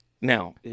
Now